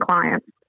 clients